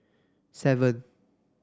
seven